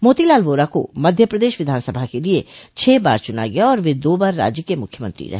मोतीलाल वोरा को मध्य प्रदेश विधानसभा के लिए छह बार चुना गया और वे दो बार राज्य के मुख्यमंत्री रहे